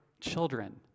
children